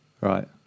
Right